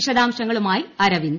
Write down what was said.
വിശദാംശങ്ങളുമായി അരവിന്ദ്